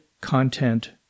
content